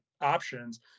options